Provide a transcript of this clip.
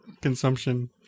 consumption